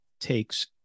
takes